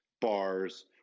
bars